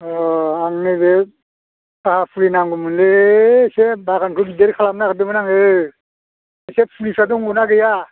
आं नैबे साहा फुलि नांगौमोनलै एसे बागानखौ गिदिर खालामनो नागिरदोंमोन आङो एसे फुलिफ्रा दङ ना गैया